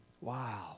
Wow